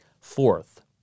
Fourth